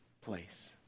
place